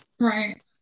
Right